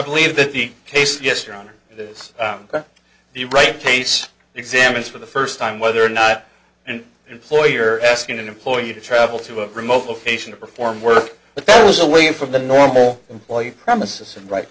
believe that the case yes your honor this is the right case examines for the first time whether or not an employer asking an employee to travel to a remote location to perform work but those away from the normal employee premises and right